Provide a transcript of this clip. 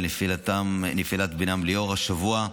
על נפילת בנם ליאור השבוע,